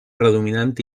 predominant